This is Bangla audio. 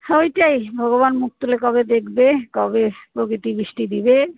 হ্যাঁ ওইটাই ভগবান মুক তুলে কবে দেখবে কবে প্রকৃতি বৃষ্টি দেবে